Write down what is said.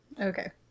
Okay